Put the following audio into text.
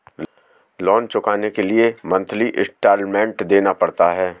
loan चुकाने के लिए मंथली इन्सटॉलमेंट देना पड़ता है